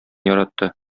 яратты